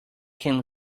can